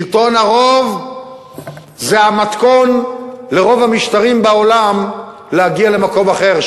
שלטון הרוב זה המתכון לרוב המשטרים בעולם להגיע למקום אחר.